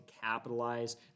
capitalize